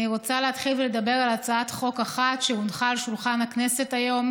אני רוצה להתחיל ולדבר על הצעת חוק אחת שהונחה על שולחן הכנסת היום,